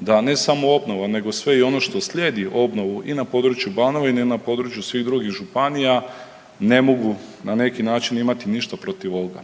da ne samo obnova nego sve i ono što slijedi obnovu i na području Banovine i na području svih drugih županija ne mogu na neki način imati ništa protiv ovoga.